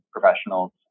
professionals